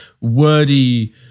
wordy